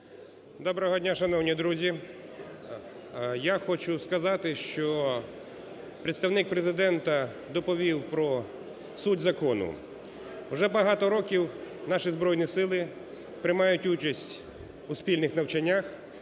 Доброго дня, шановні друзі! Я хочу сказати, що представник Президента доповів про суть закону. Вже багато років наші Збройні сили приймають участь у спільних навчаннях,